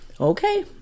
Okay